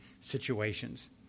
situations